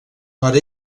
nord